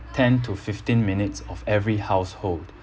ten to fifteen minutes of every household